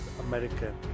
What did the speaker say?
America